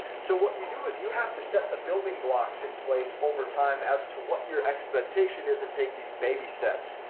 so what you do is you have to set the building blocks in place over time as to what your expectation isn't, take these baby steps,